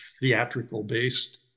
theatrical-based